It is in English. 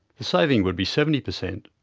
the saving would be seventy per cent.